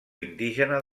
indígena